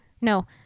No